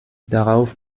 darauf